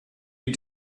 you